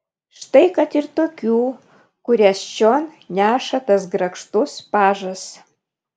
štai kad ir tokių kurias čion neša tas grakštus pažas